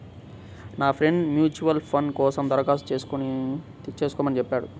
నా friend mutual fund కోసం దరఖాస్తు చేస్కోమని చెప్పాడు